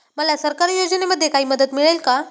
मला सरकारी योजनेमध्ये काही मदत मिळेल का?